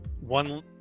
one